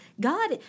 God